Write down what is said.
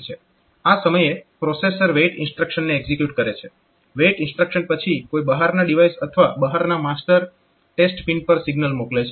આ સમયે processor WAIT ઇન્સ્ટ્રક્શનને એક્ઝીક્યુટ કરે છે WAIT ઇન્સ્ટ્રક્શન પછી કોઈ બહારના ડિવાઇસ અથવા બહારના માસ્ટર ટેસ્ટ પિન પર સિગ્નલ મોકલે છે